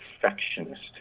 perfectionist